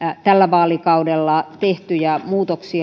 tällä vaalikaudella tehtyjä muutoksia